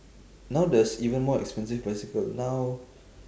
now there's even more expensive bicycle now